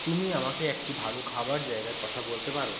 তুমি আমাকে একটি ভালো খাবার জায়গার কথা বলতে পারো